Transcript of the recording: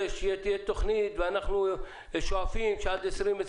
שתהיה תוכנית ואנחנו שואפים שעד 2025,